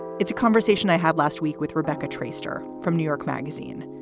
it's a conversation i had last week with rebecca traister from new york magazine.